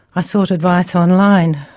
i sought advice online.